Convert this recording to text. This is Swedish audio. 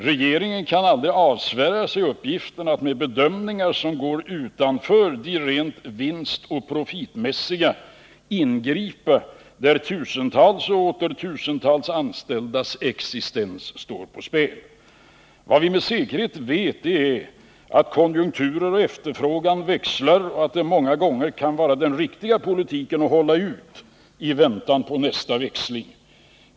Regeringen kan aldrig avsvära sig uppgiften att med bedömningar som går utanför de rent vinstoch profitmässiga ingripa där tusentals och åter tusentals anställdas existens står på spel. Vad vi med säkerhet vet är att konjunkturer och efterfrågan växlar och att det många gånger kan vara den riktiga politiken att hålla ut i väntan på nästa växling.